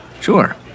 Sure